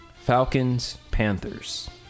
Falcons-Panthers